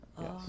Yes